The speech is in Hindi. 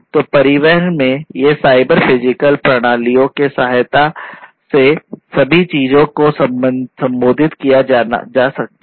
तो परिवहन में ये साइबर फिजिकल प्रणालियों के सहायता से सभी चीजें को संबोधित किया जान सकता है